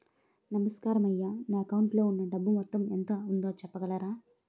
నమస్కారం అయ్యా నా అకౌంట్ లో ఉన్నా డబ్బు మొత్తం ఎంత ఉందో చెప్పగలరా?